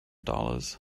dollars